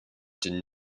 did